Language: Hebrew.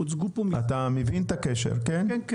אתה מבין את הקשר כן?